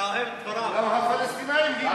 גם הפלסטינים ילידים.